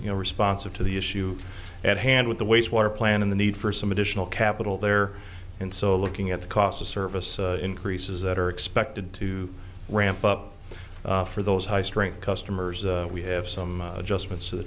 you know responsive to the issue at hand with the wastewater plan and the need for some additional capital there and so looking at the cost of service increases that are expected to ramp up for those high strength customers and we have some adjustments